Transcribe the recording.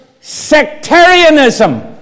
sectarianism